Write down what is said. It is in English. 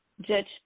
judge